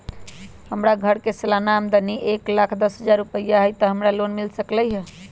हमर घर के सालाना आमदनी एक लाख दस हजार रुपैया हाई त का हमरा लोन मिल सकलई ह?